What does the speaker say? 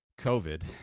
COVID